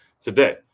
today